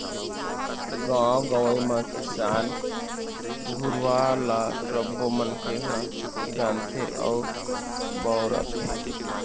गाँव गंवई म किसान गुरूवा ल सबो मनखे ह जानथे अउ बउरथे